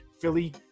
Philly